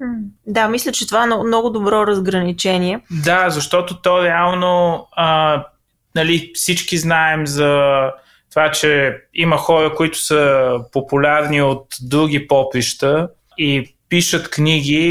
М, да, мисля, че това е но- много добро разграничение. Да, защото то реално, а, нали, всички знаем за това, че има хора, които са популярни от други поприща и пишат книги,